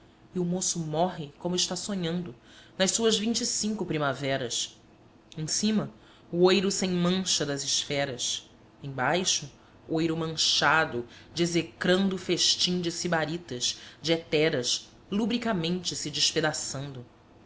e o moço morre como está sonhando nas suas vinte e cinco primaveras em cima o oiro sem mancha das esferas em baixo oiro manchado de execrando festim de sibaritas de heteras lubricamente se despedaçando